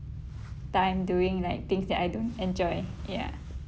time doing like things that I don't enjoy ya